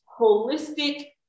holistic